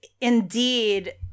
indeed